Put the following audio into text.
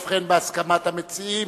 ובכן, בהסכמת המציעים,